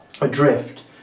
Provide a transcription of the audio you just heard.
adrift